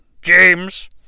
James